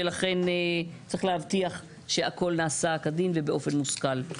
ולכן צריך להבטיח שהכל נעשה כדין ובאופן מושכל.